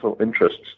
interests